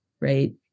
right